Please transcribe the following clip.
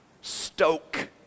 stoke